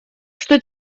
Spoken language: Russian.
что